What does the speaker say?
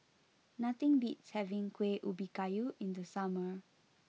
nothing beats having Kueh Ubi Kayu in the summer